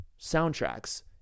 soundtracks